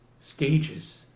stages